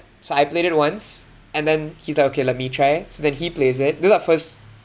so I played it once and then he's like okay let me try so then he plays it that's our first